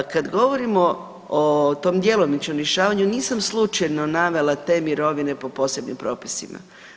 Kad govorimo o tom djelomičnom rješavanju, nisam slučajno navela te mirovine po posebnim propisima.